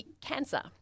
cancer